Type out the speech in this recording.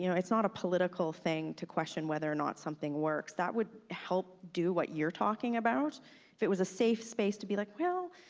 you know it's not a political thing to question whether or not something works, that would help do what you're talking about. if it was a safe space to be like, well,